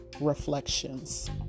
Reflections